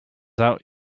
out